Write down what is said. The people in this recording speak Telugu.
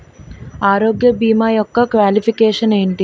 ఆరోగ్య భీమా యెక్క క్వాలిఫికేషన్ ఎంటి?